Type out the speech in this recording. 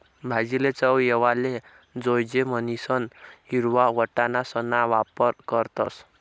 भाजीले चव येवाले जोयजे म्हणीसन हिरवा वटाणासणा वापर करतस